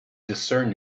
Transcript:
discern